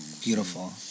beautiful